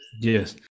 Yes